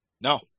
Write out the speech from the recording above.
No